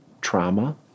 trauma